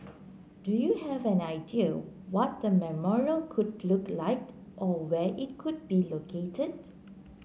do you have an idea what the memorial could look like or where it could be located